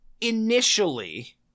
initially